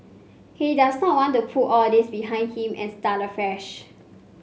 he does not want to put all this behind him and start afresh